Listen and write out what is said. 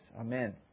Amen